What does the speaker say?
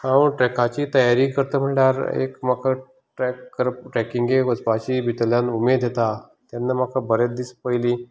हांव ट्रेकांची तयारी करता म्हळ्यार एक म्हाका ट्रेक करपा ट्रेकिंगेक वचपाची भितरल्यान एक उमेद येता तेन्ना म्हाका बरेंच दीस पयली